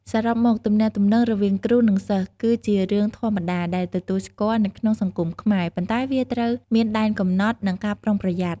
សរុបមក ទំនាក់ទំនងរវាងគ្រូ និងសិស្សគឺជារឿងធម្មតាដែលទទួលស្គាល់នៅក្នុងសង្គមខ្មែរ ប៉ុន្តែវាត្រូវមានដែនកំណត់និងការប្រុងប្រយ័ត្ន។